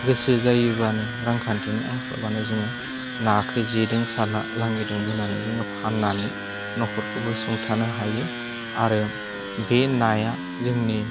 गोसो जायोबानो रांखान्थिनि आंखालबानो जोङो नाखौ जेजों सारना लाङिजों बोनानै जोङो फान्नानै न'खरखौबो सुंथानो हायो आरो बे नाया जोंनि